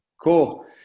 cool